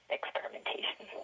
experimentation